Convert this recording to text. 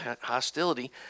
hostility